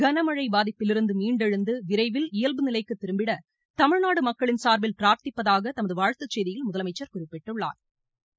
கனமழை பாதிப்பிலிருந்து மீண்டெழுந்து விரைவில் இயல்பு நிலைக்கு திரும்பிட தமிழ்நாட்டு மக்களின் சாா்பில் பிராா்த்திப்பதாக தமது வாழ்த்துச் செய்தியில் முதலமைச்சா் குறிப்பிட்டுள்ளாா்